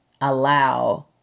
allow